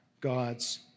God's